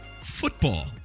football